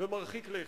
ומרחיק לכת.